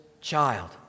child